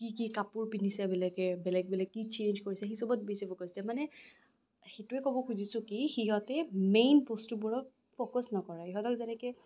কি কি কাপোৰ পিন্ধিছে বেলেগে বেলেগ বেলেগ কি চেঞ্জ কৰিছে সেইচবত বেছি ফকাচ দিয়ে মানে সেইটোৱে ক'ব খুজিছোঁ কি সিহঁতে মেইন বস্তুবোৰত ফ'কাচ নকৰে ইহঁতক যেনেকে